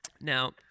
now